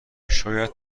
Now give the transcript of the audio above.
شاید